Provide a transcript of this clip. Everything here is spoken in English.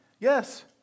Yes